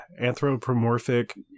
anthropomorphic